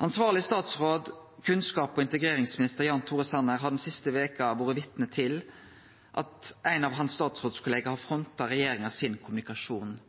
Ansvarleg statsråd kunnskaps- og integreringsminister Jan Tore Sanner har den siste veka vore vitne til at ein av hans statsrådkollegaer har fronta kommunikasjonen frå regjeringa